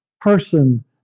person